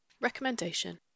Recommendation